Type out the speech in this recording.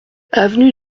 avenue